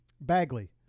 Bagley